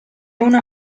una